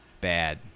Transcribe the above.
Bad